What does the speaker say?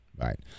right